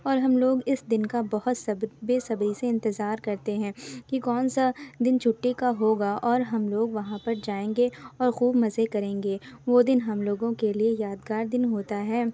اور ہم لوگ اس دن کا بہت صبر بے صبری سے انتظار کرتے ہیں کہ کون سا دن چھٹی کا ہوگا اور ہم لوگ وہاں پر جائیں گے اور خوب مزے کریں گے وہ دن ہم لوگوں کے لیے یادگار دن ہوتا ہے